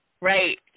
Right